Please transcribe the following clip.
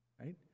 right